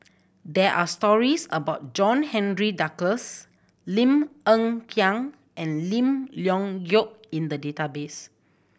there are stories about John Henry Duclos Lim Hng Kiang and Lim Leong Geok in the database